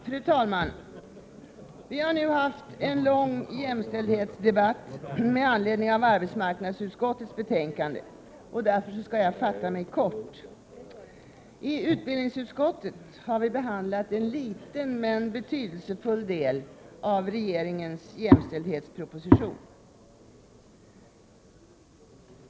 Fru talman! Vi har haft en lång jämställdhetsdebatt med anledning av arbetsmarknadsutskottets betänkande. Därför skall jag nu fatta mig kort. Vi har i utbildningsutskottet behandlat en liten men betydelsefull del av regeringens jämställdhetsproposition.